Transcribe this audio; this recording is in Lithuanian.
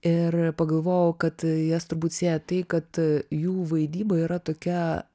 ir pagalvojau kad jas turbūt sieja tai kad jų vaidyba yra tokia